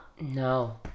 No